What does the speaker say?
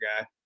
guy